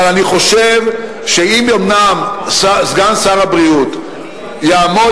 אבל אני חושב שאם אומנם סגן שר הבריאות יעמוד,